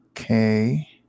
Okay